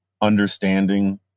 understanding